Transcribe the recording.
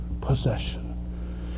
possession